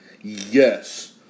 yes